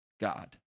God